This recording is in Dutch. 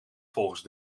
volgens